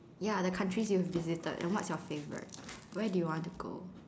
ya the countries you have visited and what's your favourite where you want to go